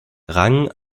rang